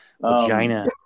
Vagina